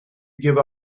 give